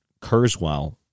Kurzweil